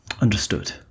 Understood